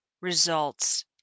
results